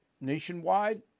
nationwide